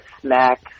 snack